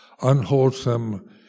unwholesome